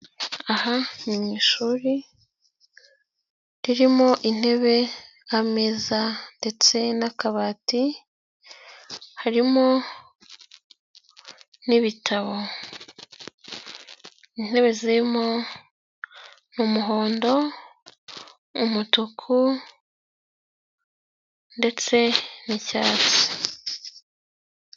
Aha mu ishuri ririmo intebe, ameza ndetse n'akabati, harimo n'ibitabo, intebe zirimo ni umuhondo, umutuku ndetse n'icyatsi.